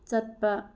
ꯆꯠꯄ